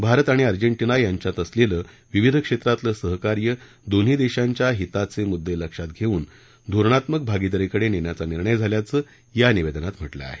भारत आणि अर्जेंटिना यांच्यात असलेलं विविध क्षेत्रातलं सहकार्य दोन्ही देशांच्या हिताचे मुद्दे लक्षात घेऊन धोरणात्मक भागीदारीकडे नेण्याचा निर्णय झाल्याचं या निवेदनात म्हटलं आहे